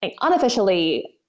Unofficially